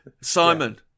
Simon